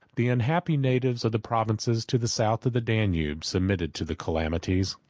the unhappy natives of the provinces to the south of the danube submitted to the calamities,